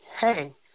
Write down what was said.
hey